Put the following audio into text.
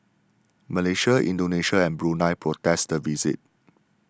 Malaysia Indonesia and Brunei protested the visit